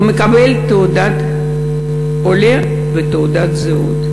הוא מקבל תעודת עולה ותעודת זהות,